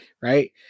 right